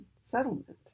settlement